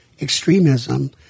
extremism